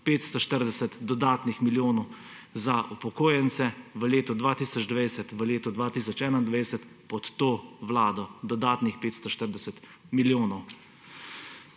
540 dodatnih milijonov za upokojence v letu 2020 in v letu 2021 pod to vlado, dodatnih 540 milijonov.